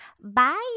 bye